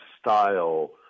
style